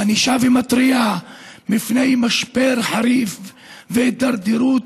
ואני שב ומתריע מפני משבר חריף והידרדרות